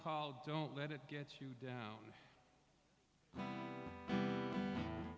called don't let it get you down